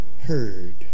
heard